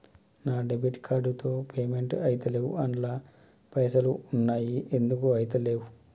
నా debit card తో payment ఐతలేవ్ అండ్ల పైసల్ ఉన్నయి ఎందుకు ఐతలేవ్?